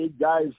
guys